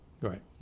Right